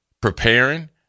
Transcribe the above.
preparing